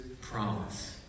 promise